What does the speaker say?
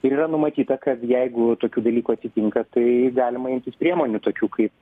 ir yra numatyta kad jeigu tokių dalykų atsitinka tai galima imtis priemonių tokių kaip